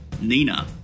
Nina